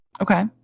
Okay